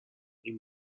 این